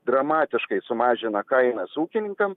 dramatiškai sumažina kainas ūkininkam